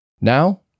Now